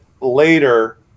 later